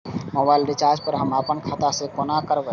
Mobile recharge हम आपन खाता से कोना करबै?